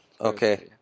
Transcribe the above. Okay